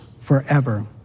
forever